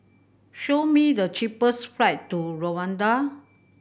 show me the cheapest flight to Rwanda